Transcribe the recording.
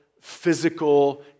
physical